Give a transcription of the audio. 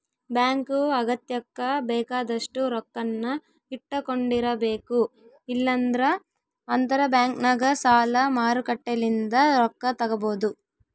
bank ಅಗತ್ಯಕ್ಕ ಬೇಕಾದಷ್ಟು ರೊಕ್ಕನ್ನ ಇಟ್ಟಕೊಂಡಿರಬೇಕು, ಇಲ್ಲಂದ್ರ ಅಂತರಬ್ಯಾಂಕ್ನಗ ಸಾಲ ಮಾರುಕಟ್ಟೆಲಿಂದ ರೊಕ್ಕ ತಗಬೊದು